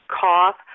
cough